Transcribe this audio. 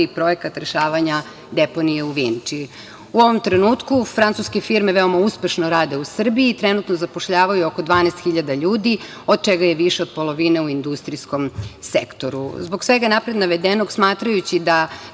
i projekat rešavanja deponije u Vinči.U ovom trenutku francuske firme veoma uspešno rade u Srbiji, trenutno zapošljavaju oko 12.000 ljudi, od čega je više od polovine u industrijskom sektoru. Zbog svega napred navedenog, smatrajući da